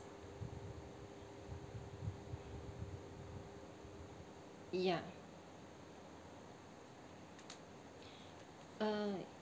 ya uh